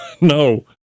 No